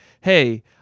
hey